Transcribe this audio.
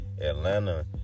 Atlanta